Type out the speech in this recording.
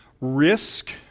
risk